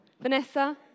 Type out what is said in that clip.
Vanessa